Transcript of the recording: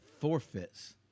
forfeits